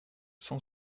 cent